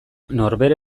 norbere